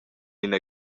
ina